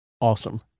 awesome